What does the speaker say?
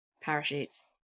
parachutes